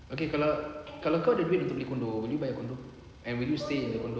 okay kalau kalau kau ada duit untuk beli condo will you buy a condo and will you stay in the condo